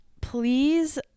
please